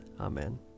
Amen